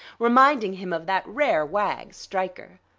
reminding him of that rare wag, stryker.